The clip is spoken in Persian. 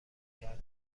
کردن